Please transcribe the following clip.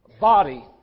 body